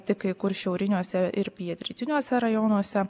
tik kai kur šiauriniuose ir pietrytiniuose rajonuose